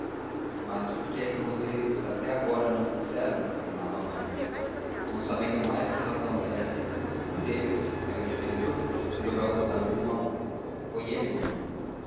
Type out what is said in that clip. mas por que é que vocês até agora não me disseram teimava a mãe não sabendo mais que razão dessem um deles creio que pedro resolveu acusar o irmão foi ele mamãe